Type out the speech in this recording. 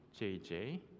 JJ